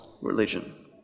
religion